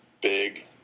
big